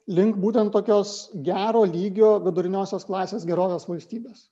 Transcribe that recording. link būtent tokios gero lygio viduriniosios klasės gerovės valstybės